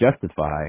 justify